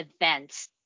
events